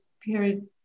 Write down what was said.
period